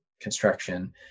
construction